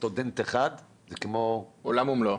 סטודנט אחד זה כמו --- עולם ומלואו.